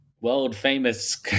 world-famous